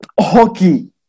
hockey